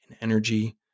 energy